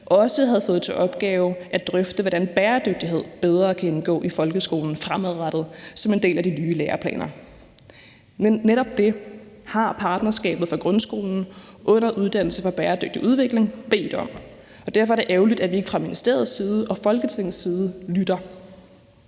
også havde fået til opgave at drøfte, hvordan bæredygtighed bedre kan indgå i folkeskolen fremadrettet som en del af de nye læreplaner. Men netop det har partnerskabet for grundskolen under Uddannelse for Bæredygtig Udvikling bedt om, og derfor er det ærgerligt, at vi ikke fra Folketingets side og fra ministeriets side lytter.